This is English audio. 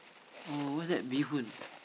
oh what's that bee-hoon